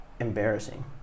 embarrassing